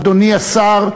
אדוני השר,